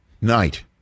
night